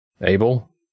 Abel